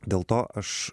dėl to aš